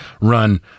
run